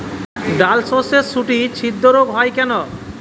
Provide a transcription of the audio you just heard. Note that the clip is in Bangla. ডালশস্যর শুটি ছিদ্র রোগ হয় কেন?